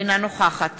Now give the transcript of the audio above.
אינה נוכחת